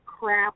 crap